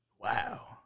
Wow